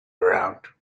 around